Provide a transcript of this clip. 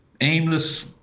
aimless